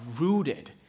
rooted